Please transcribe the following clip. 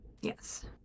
Yes